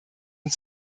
und